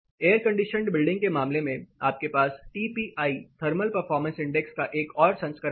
air conditioned building के मामले में आपके पास टीपीआई थर्मल परफारमेंस इंडेक्स का एक और संस्करण है